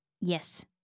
Yes